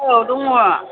औ दङ